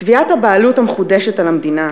תביעת הבעלות המחודשת על המדינה,